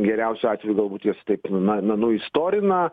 geriausiu atveju galbūt jos taip na nu nu istorina